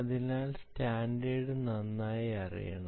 അതിനാൽ സ്റ്റാൻഡേർഡ് നന്നായി അറിയണം